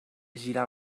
girar